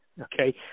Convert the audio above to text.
okay